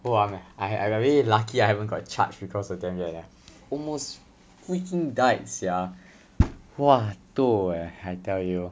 !wah! I I very lucky I haven't got charged because of them yet eh almost freaking died sia !wah! toh eh I tell you